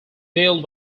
built